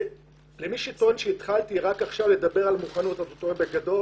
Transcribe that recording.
מי שטוען שרק עכשיו התחלתי לדבר על מוכנות טועה בגדול,